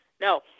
No